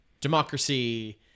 democracy